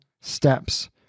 steps